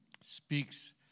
speaks